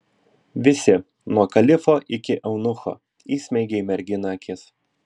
visi nuo kalifo iki eunucho įsmeigė į merginą akis